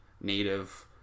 native